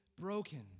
broken